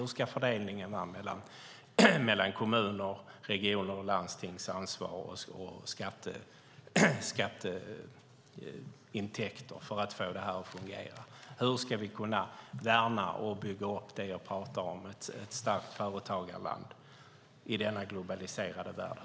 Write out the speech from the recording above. Hur ska fördelningen vara mellan kommuners, regioners och landstings ansvar och skatteintäkter för att få det här att fungera? Hur ska vi kunna värna och bygga upp det vi pratar om, nämligen ett starkt företagarland i denna globaliserade värld?